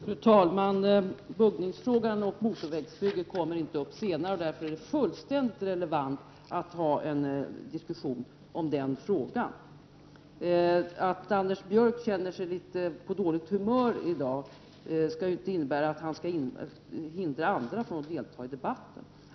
Fru talman! Buggningen och motorvägsbygget kommer inte upp senare, och därför är det fullständigt relevant att ha en diskussion om de frågorna nu. Att Anders Björck känner sig litet på dåligt humör i dag skall inte innebära att han får hindra andra från att delta i debatten.